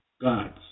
gods